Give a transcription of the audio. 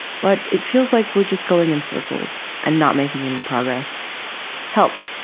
but it feels like we're just going in circles and not making any progress help,